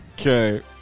Okay